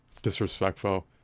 disrespectful